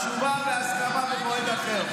תשובה והסכמה במועד אחר.